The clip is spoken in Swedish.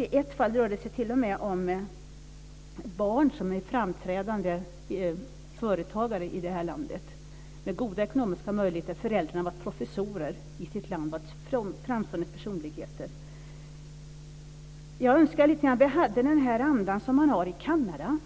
I ett fall rör det sig t.o.m. om barn som är en framgångsrik företagare i det här landet med goda ekonomiska möjligheter. Föräldrarna var professorer i sitt hemland och ansedda som framstående personer. Jag önskar att vi hade den anda som man har i Kanada.